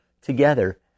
together